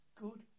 good